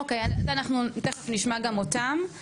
אוקיי, אנחנו תכף נשמע גם אותם.